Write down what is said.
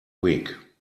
week